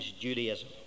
Judaism